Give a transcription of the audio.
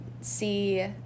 see